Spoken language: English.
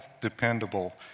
dependable